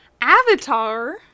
avatar